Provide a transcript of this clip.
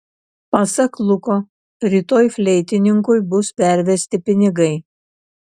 pasak luko rytoj fleitininkui bus pervesti pinigai